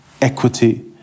equity